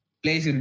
place